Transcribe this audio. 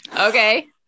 okay